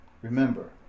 Remember